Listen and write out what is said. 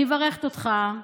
אני מברכת אותך,